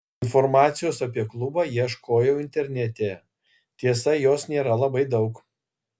informacijos apie klubą ieškojau internete tiesa jos nėra labai daug